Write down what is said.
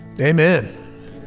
amen